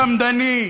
וחמדני,